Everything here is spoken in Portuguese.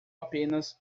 apenas